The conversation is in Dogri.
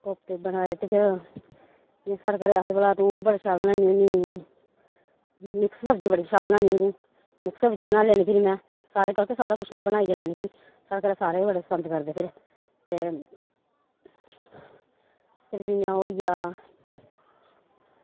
कोफते बनाए ते फिर जि'यां साढ़े घरै च आखदे भला तू ओह् बड़े शैल बनानी होनी मिक्स सब्जी बड़ी शैल बनान्नी होन्नी तू मिक्स सब्जी बनाई लैन्नी फिर में सारे करदे सारा कुछ में बनाई गै लैन्नी फिरी साढ़ै घरे सारे गै बड़ा पसंद करदे फिर ते फिर जि'यां ओह् होई गेआ